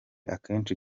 akenshi